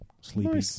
Sleepy